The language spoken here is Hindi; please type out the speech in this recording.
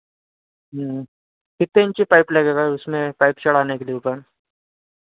कितने इंची पाइप लगेगा उसमें पाइप चढ़ाने के लिए ऊपर